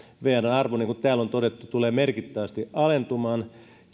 vrn arvo niin kuin täällä on todettu tulee merkittävästi alentumaan